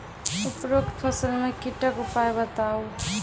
उपरोक्त फसल मे कीटक उपाय बताऊ?